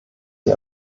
sie